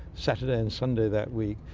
saturday and sunday that week,